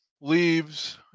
leaves